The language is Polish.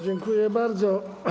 Dziękuję bardzo.